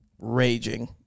raging